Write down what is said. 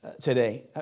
today